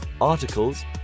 articles